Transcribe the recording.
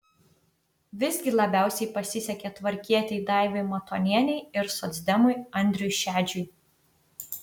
visgi labiausiai pasisekė tvarkietei daivai matonienei ir socdemui andriui šedžiui